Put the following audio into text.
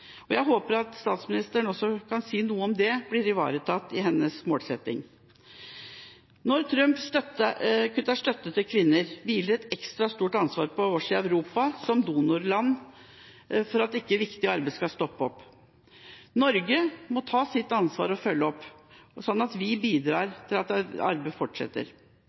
Jeg håper at statsministeren også kan si noe om det blir ivaretatt i hennes målsetting. Når Trump kutter støtte til kvinner, hviler det et ekstra stort ansvar på oss i Europa som donorland for at dette viktige arbeidet ikke skal stoppe opp. Norge må ta sitt ansvar og følge opp, slik at vi bidrar til at arbeidet fortsetter.